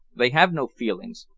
they have no feelings.